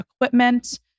equipment